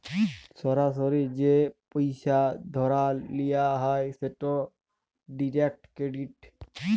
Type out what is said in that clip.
সরাসরি যে পইসা ধার লিয়া হ্যয় সেট ডিরেক্ট ক্রেডিট